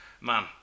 Man